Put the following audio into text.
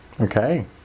Okay